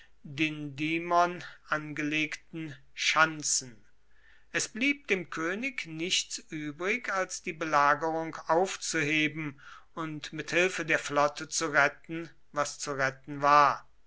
dindymon angelegten schanzen es blieb dem könig nichts übrig als die belagerung aufzuheben und mit hilfe der flotte zu retten was zu retten war